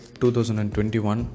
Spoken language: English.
2021